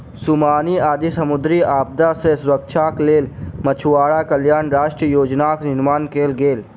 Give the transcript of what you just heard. tsunami आदि समुद्री आपदा सॅ सुरक्षाक लेल मछुआरा कल्याण राष्ट्रीय योजनाक निर्माण कयल गेल